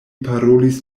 parolis